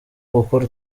ugukora